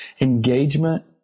engagement